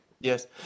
Yes